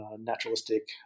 naturalistic